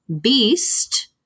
beast